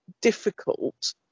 difficult